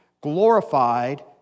glorified